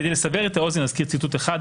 כדי לסבר את האוזן אזכיר ציטוט אחד,